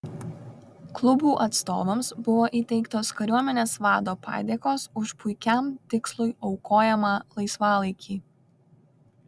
klubų atstovams buvo įteiktos kariuomenės vado padėkos už puikiam tikslui aukojamą laisvalaikį